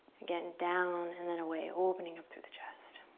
again, down and then away, opening up through the chest.